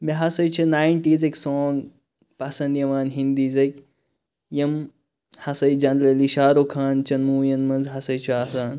مےٚ ہَسا چھِ ناینٹیٖزِک سانٛگ پَسَنٛد یِوان ہِندیٖزِک یِم ہَسا جَنرٔلی شارُخ خان چٮ۪ن مووِیَن مَنٛز ہَسا چھُ آسان